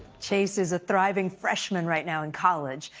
chase is a thriving freshman right now in college.